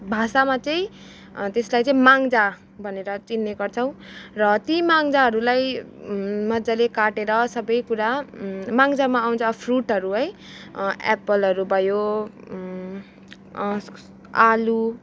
भाषामा चाहिँ त्यसलाई चाहिँ माङ्गजा भनेर चिन्ने गर्छौँ र ति माङ्गजाहरूलाई मजाले काटेर सबै कुरा माङ्गजामा आउँछ फ्रुटहरू है एप्पलहरू भयो आलु